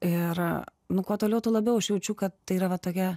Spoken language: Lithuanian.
ir nu kuo toliau tuo labiau aš jaučiu kad tai yra va tokia